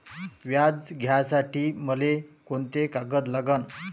व्याज घ्यासाठी मले कोंते कागद लागन?